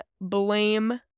blame